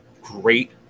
great